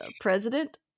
President